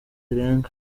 zirenga